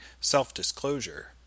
self-disclosure